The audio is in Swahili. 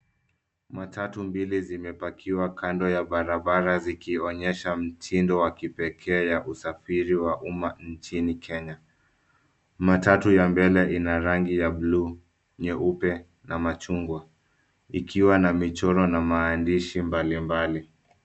Matatu mbili zimepakiwa kando ya barabara zikionyesha mtindo wa kipikee ya usafiri wa uma nchini Kenya. Matatu ya mbele ina rangi ya buluu, nyeupe na machungwa ikiwa na michoro na maandishi mbalimbali.